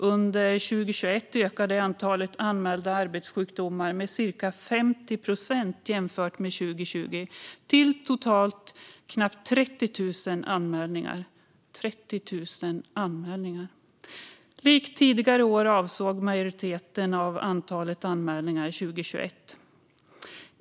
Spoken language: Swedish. Under 2021 ökade antalet anmälda arbetssjukdomar med cirka 50 procent jämfört med 2020 till totalt nästan 30 000 anmälningar. Likt tidigare år avsåg majoriteten av antalet anmälningar 2021 kvinnor.